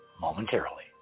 momentarily